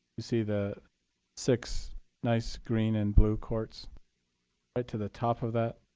you see the six nice green and blue courts. right to the top of that,